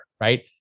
right